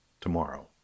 tomorrow